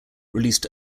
released